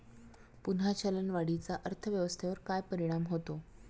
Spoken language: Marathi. पुन्हा चलनवाढीचा अर्थव्यवस्थेवर काय परिणाम होतो